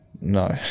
No